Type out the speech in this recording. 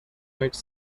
which